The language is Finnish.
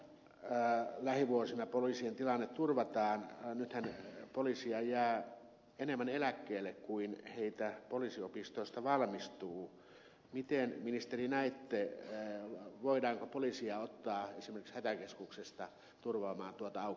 jotta lähivuosina poliisien tilanne turvataan nythän poliiseja jää enemmän eläkkeelle kuin heitä poliisiopistoista valmistuu miten ministeri näette voidaanko poliiseja ottaa esimerkiksi hätäkeskuksesta turvaamaan tuota aukkoa